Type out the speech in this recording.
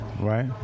Right